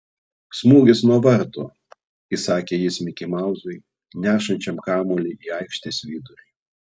smūgis nuo vartų įsakė jis mikimauzui nešančiam kamuolį į aikštės vidurį